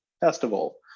festival